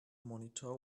monitor